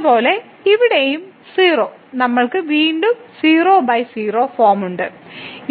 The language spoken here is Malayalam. അതുപോലെ ഇവിടെയും 0 നമ്മൾക്ക് വീണ്ടും 00 ഫോം ഉണ്ട്